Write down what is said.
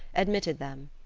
admitted them.